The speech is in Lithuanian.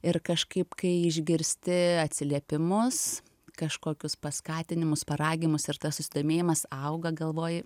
ir kažkaip kai išgirsti atsiliepimus kažkokius paskatinimus paraginus ir tas susidomėjimas auga galvoji